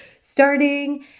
starting